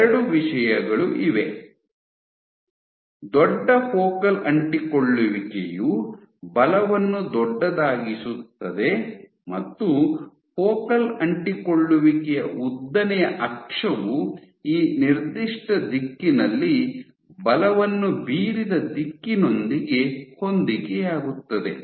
ಎರಡು ವಿಷಯಗಳು ಇವೆ ದೊಡ್ಡ ಫೋಕಲ್ ಅಂಟಿಕೊಳ್ಳುವಿಕೆಯು ಬಲವನ್ನು ದೊಡ್ಡದಾಗಿಸುತ್ತದೆ ಮತ್ತು ಫೋಕಲ್ ಅಂಟಿಕೊಳ್ಳುವಿಕೆಯ ಉದ್ದನೆಯ ಅಕ್ಷವು ಆ ನಿರ್ದಿಷ್ಟ ದಿಕ್ಕಿನಲ್ಲಿ ಬಲವನ್ನು ಬೀರಿದ ದಿಕ್ಕಿನೊಂದಿಗೆ ಹೊಂದಿಕೆಯಾಗುತ್ತದೆ